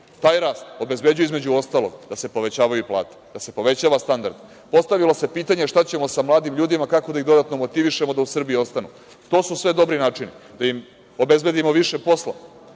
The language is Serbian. taj rast između ostalog obezbeđuje da se povećavaju plate, da se povećava standard. Postavilo se pitanje - šta ćemo sa mladim ljudima, kako da ih dodatno motivišemo da u Srbiji ostanu? To su sve dobri načini, da im obezbedimo više posla,